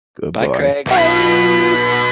Goodbye